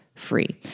Free